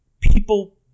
people